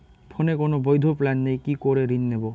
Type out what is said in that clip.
ফোনে কোন বৈধ প্ল্যান নেই কি করে ঋণ নেব?